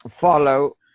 follow